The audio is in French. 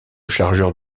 chargeur